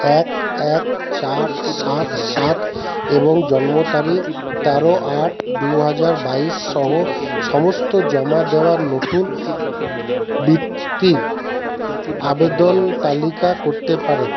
এক এক চার সাত সাত এবং জন্ম তারিখ তেরো আট দুহাজার বাইশ সহ সমস্ত জমা দেওয়ার নতুন বৃত্তির আবেদন তালিকা করতে পারেন